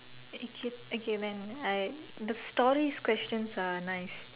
okay okay when I the stories questions are nice